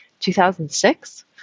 2006